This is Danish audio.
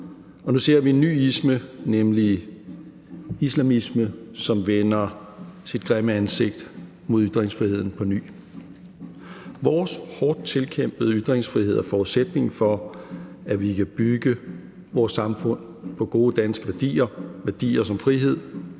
nu ser vi en ny isme, nemlig islamisme, som på ny vender sit grimme ansigt mod ytringsfriheden – vores hårdt tilkæmpede ytringsfrihed og forudsætning for, at vi kan bygge vores samfund på gode danske værdier, værdier som frihed,